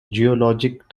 geologic